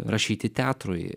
rašyti teatrui